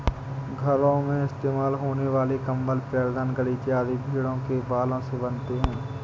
घरों में इस्तेमाल होने वाले कंबल पैरदान गलीचे आदि भेड़ों के बालों से बनते हैं